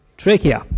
trachea